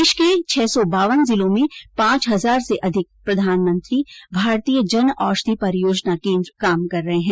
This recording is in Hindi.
देश के छह सौ बावन जिलों में पांच हजार से अधिक प्रधानमंत्री भारतीय जन औषधि परियोजना केन्द्र काम कर रहे हैं